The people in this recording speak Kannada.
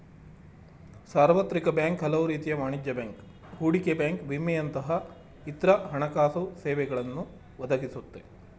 ಸಾರ್ವತ್ರಿಕ ಬ್ಯಾಂಕ್ ಹಲವುರೀತಿಯ ವಾಣಿಜ್ಯ ಬ್ಯಾಂಕ್, ಹೂಡಿಕೆ ಬ್ಯಾಂಕ್ ವಿಮೆಯಂತಹ ಇತ್ರ ಹಣಕಾಸುಸೇವೆಗಳನ್ನ ಒದಗಿಸುತ್ತೆ